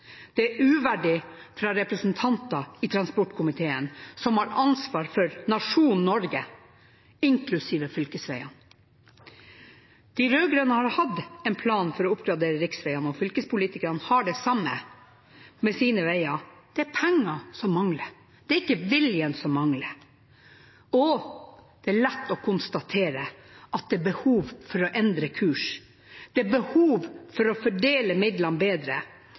Det er uverdig fra representanter i transportkomiteen, som har ansvar for nasjonen Norge, inklusiv fylkesveiene. De rød-grønne har hatt en plan for å oppgradere riksveiene, og fylkespolitikerne har det samme med sine veier. Det er penger som mangler, det er ikke viljen som mangler. Det er lett å konstatere at det er behov for å endre kurs, at det er behov for å fordele midlene bedre.